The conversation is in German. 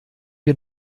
wir